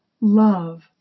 love